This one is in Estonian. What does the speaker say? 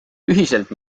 ühiselt